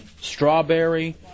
strawberry